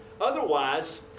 otherwise